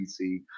PC